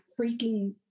freaking